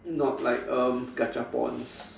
not like um gachapons